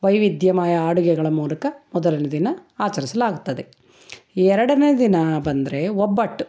ವೈವಿಧ್ಯಮಯ ಅಡುಗೆಗಳ ಮೂಲಕ ಮೊದಲನೇ ದಿನ ಆಚರಿಸ್ಲಾಗ್ತದೆ ಎರಡನೇ ದಿನ ಬಂದರೆ ಒಬ್ಬಟ್ಟು